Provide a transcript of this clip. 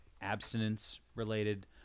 abstinence-related